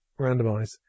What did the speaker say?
randomize